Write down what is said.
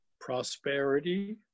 prosperity